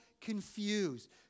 confused